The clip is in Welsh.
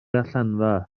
allanfa